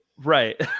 Right